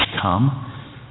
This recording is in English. come